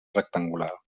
rectangular